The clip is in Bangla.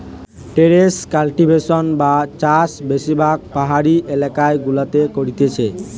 টেরেস কাল্টিভেশন বা চাষ বেশিরভাগ পাহাড়ি এলাকা গুলাতে করতিছে